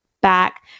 back